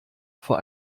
vor